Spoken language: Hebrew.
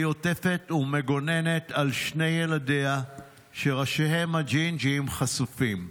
והיא עוטפת ומגוננת על שני ילדיה שראשיהם הג'ינג'יים חשופים.